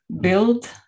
build